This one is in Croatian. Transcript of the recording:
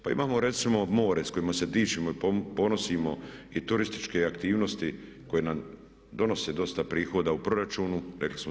Pa imamo recimo more s kojim se dičimo i ponosimo i turističke aktivnosti koje nam donose dosta prihoda u proračunu, rekli smo 17%